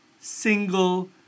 single